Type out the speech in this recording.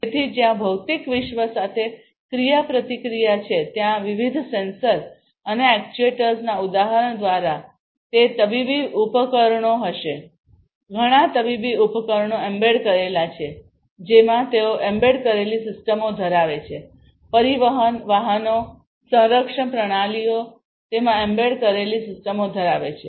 તેથી જ્યાં ભૌતિક વિશ્વ સાથે ક્રિયાપ્રતિક્રિયા છે ત્યાં વિવિધ સેન્સર અને એક્ચ્યુએટર્સના ઉદાહરણ દ્વારા તે તબીબી ઉપકરણો હશે ઘણા તબીબી ઉપકરણો એમ્બેડ કરેલા છે જેમાં તેઓ એમ્બેડ કરેલી સિસ્ટમો ધરાવે છે પરિવહન વાહનો સંરક્ષણ પ્રણાલીઓ તેમાં એમ્બેડ કરેલી સિસ્ટમો ધરાવે છે